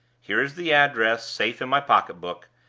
here is the address safe in my pocket-book,